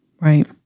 Right